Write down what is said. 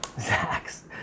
Zach's